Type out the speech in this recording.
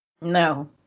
No